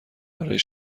برای